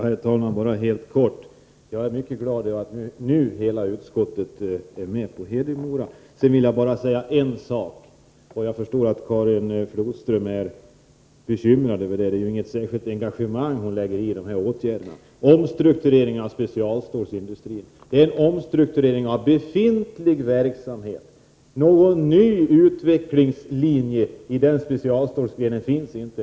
Herr talman! Helt kort. Jag är mycket glad över att nu hela utskottet är med när det gäller Hedemora. Sedan vill jag bara säga en sak. Jag förstår att Karin Flodström är bekymrad. Det är inget särskilt engagemang hon visar när det gäller de här åtgärderna. Omstruktureringen av specialstålsindustrin är en omstrukturering av befintlig verksamhet. Någon ny utvecklingslinje i denna specialstålsgren finns inte.